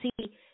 see